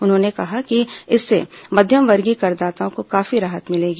उन्होंने कहा कि इससे मध्यमवर्गीय करदाताओं को काफी राहत मिलेगी